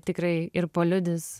tikrai ir paliudis